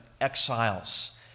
exiles